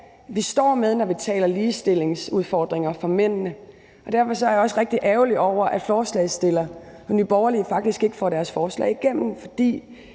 vi står med, når vi taler om ligestillingsudfordringer for mændene. Derfor er jeg også rigtig ærgerlig over, at forslagsstiller fra Nye Borgerlige faktisk ikke får deres forslag igennem, for